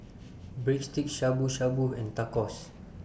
Breadsticks Shabu Shabu and Tacos